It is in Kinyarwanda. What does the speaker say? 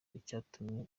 icyatumye